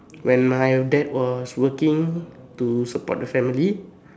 when my dad was working to support the family